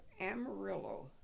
Amarillo